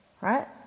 Right